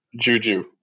Juju